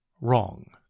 wrong